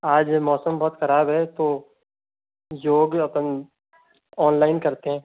आज ये मौसम बहुत खराब है तो जो भी अपन ऑनलाइन करते है